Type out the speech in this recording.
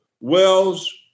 wells